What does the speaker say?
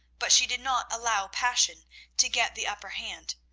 but she did not allow passion to get the upper hand.